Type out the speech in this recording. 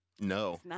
No